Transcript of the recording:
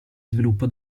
sviluppo